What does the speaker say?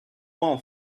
one